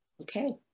Okay